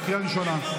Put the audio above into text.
קריאה ראשונה.